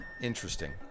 interesting